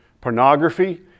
Pornography